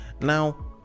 now